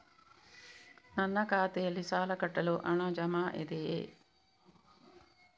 ನನ್ನ ಖಾತೆಯಲ್ಲಿ ಸಾಲ ಕಟ್ಟಲು ಹಣ ಜಮಾ ಇದೆಯೇ?